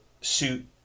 suit